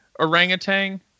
orangutan